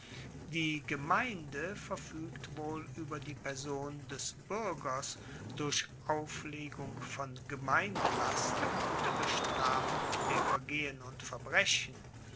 die gemeinde verfuegte wohl ueber die person des buergers durch auflegung von gemeindelasten und bestrafung der vergehen und verbrechen